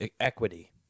equity